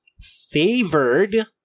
favored